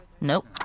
Nope